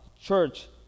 church